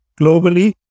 globally